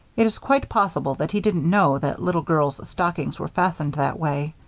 it is quite possible that he didn't know that little girls' stockings were fastened that way.